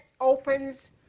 opens